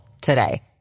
today